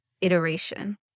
iteration